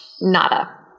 nada